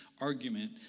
argument